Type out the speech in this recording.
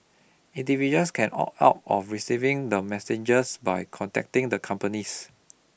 individuals can opt out of receiving the messages by contacting the companies